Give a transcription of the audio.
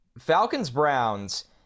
Falcons-Browns